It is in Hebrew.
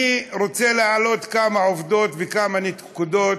אני רוצה להעלות כמה עובדות וכמה נקודות,